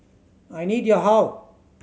I need your help